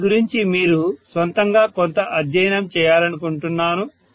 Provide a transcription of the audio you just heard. వీటి గురించి మీరు స్వంతంగా కొంత అధ్యయనం చేయాలనుకుంటున్నాను